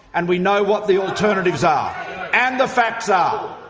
and we know what the alternatives are and the facts are,